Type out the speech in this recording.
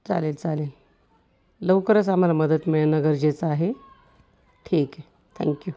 चालेल चालेल लवकरच आम्हाला मदत मिळणं गरजेचं आहे ठीक आहे थँक्यू